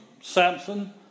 Samson